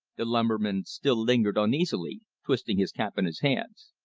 the lumberman still lingered uneasily, twisting his cap in his hands.